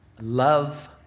love